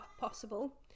possible